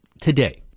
today